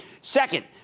Second